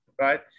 Right